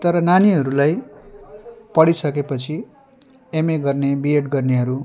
तर नानीहरूलाई पढिसकेपछि एमए गर्ने बिएड गर्नेहरू